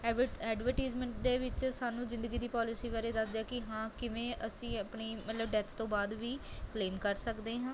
ever advertisement ਦੇ ਵਿੱਚ ਸਾਨੂੰ ਜ਼ਿੰਦਗੀ ਦੀ ਪੋਲਿਸੀ ਬਾਰੇ ਦੱਸਦੇ ਆ ਕਿ ਹਾਂ ਕਿਵੇਂ ਅਸੀਂ ਆਪਣੀ ਮਤਲਬ ਡੈੱਥ ਤੋਂ ਬਾਅਦ ਵੀ ਕਲੇਮ ਕਰ ਸਕਦੇ ਹਾਂ